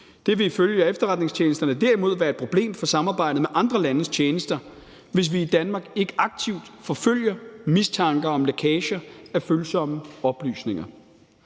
Det vil ifølge efterretningstjenesterne derimod være et problem for samarbejdet med andre landes tjenester, hvis vi i Danmark ikke aktivt forfølger mistanker om lækager af følsomme oplysninger.